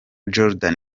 jordan